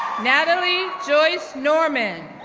natalie joyce norman,